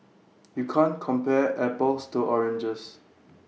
you can't compare apples to oranges